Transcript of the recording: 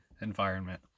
environment